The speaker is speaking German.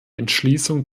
entschließung